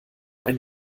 ein